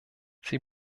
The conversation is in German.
sie